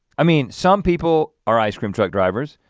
i mean some people are ice cream truck drivers,